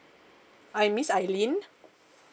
I miss ailine